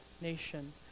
nation